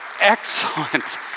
excellent